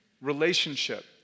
relationship